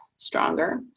stronger